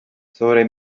sobre